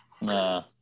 Nah